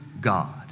God